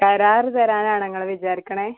കരാറ് തരാനാണാ നിങ്ങൾ വിചാരിക്കുന്നത്